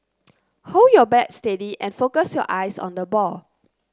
hold your bat steady and focus your eyes on the ball